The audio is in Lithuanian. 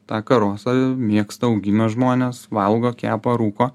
tą karosą mėgsta augina žmonės valgo kepa rūko